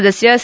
ಸದಸ್ಯ ಸಿ